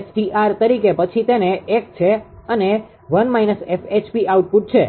𝑆𝑇𝑟 તરીકે પછી તેને 1 છે અને આઉટપુટ છે Δ𝑃𝑔 અને આ છે